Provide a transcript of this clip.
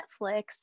Netflix